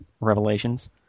Revelations